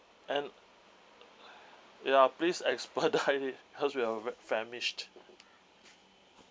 and ya please expedite it because we are famished